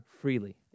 freely